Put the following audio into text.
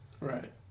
Right